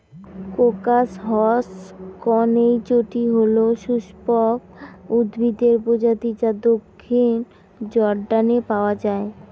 crocus হসকনেইচটি হল সপুষ্পক উদ্ভিদের প্রজাতি যা দক্ষিণ জর্ডানে পাওয়া য়ায়